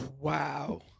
wow